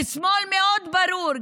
ושמאל מאוד ברור,